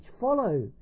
follow